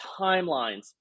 timelines